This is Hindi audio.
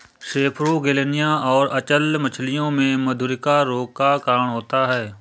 सेपरोगेलनिया और अचल्य मछलियों में मधुरिका रोग का कारण होता है